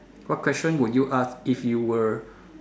what question would you asked if you were